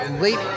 late